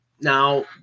Now